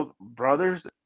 brothers